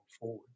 forward